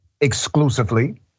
exclusively